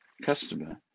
customer